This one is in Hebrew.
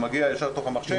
ומגיעה ישר אל תוך המחשב.